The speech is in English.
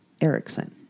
Erickson